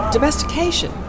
Domestication